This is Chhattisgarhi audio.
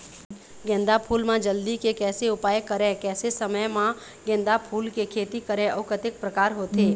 गेंदा फूल मा जल्दी के कैसे उपाय करें कैसे समय मा गेंदा फूल के खेती करें अउ कतेक प्रकार होथे?